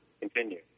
continue